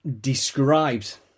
Describes